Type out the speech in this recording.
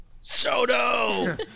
Soto